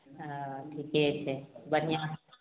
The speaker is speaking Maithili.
ओऽ ठिके छै बढ़िआँ